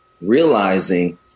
realizing